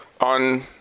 on